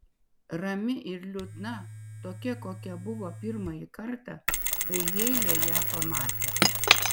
rami ir liūdna tokia kokia buvo pirmąjį kartą kai heile ją pamatė